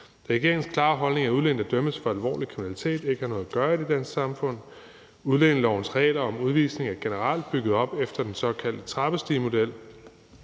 er regeringens klare holdning, at udlændinge, der dømmes for alvorlig kriminalitet, ikke har noget at gøre i det danske samfund. Udlændingelovens regler om udvisning er generelt bygget op efter den såkaldte trappestigemodel,